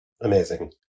Amazing